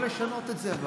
היא?